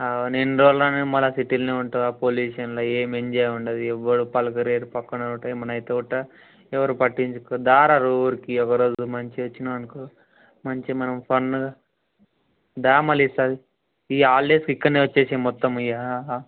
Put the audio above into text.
అవును ఎన్ని రోజులు అని నువ్వు మళ్ళా సిటీలో ఉంటావు రా ఆ పొల్యూషన్లో ఏమి ఎంజాయ్ ఉండదు ఎవరు పలకరియ్యారు పక్కన ఉంటే ఏమన్నా అయితే మనతో ఎవరు పట్టించుకోరు రా రా ఊరికి ఈ ఒక రోజు మంచిగా వచ్చినావు అనుకో మంచిగా మనం ఫన్గా రా మళ్ళీ ఈసారి ఈ హాలిడేస్కి ఇక్కడ వచ్చేయి మొత్తం ఇక